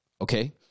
okay